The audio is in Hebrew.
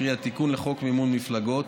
קרי התיקון לחוק מימון מפלגות,